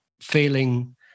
feeling